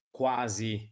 quasi